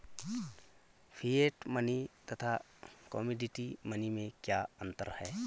Fiat money तथा commodity money में क्या अंतर है?